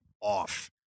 off